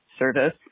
service